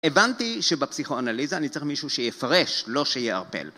הבנתי שבפסיכואנליזה אני צריך מישהו שיפרש, לא שיערפל.